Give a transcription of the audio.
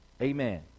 Amen